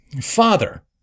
father